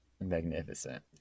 magnificent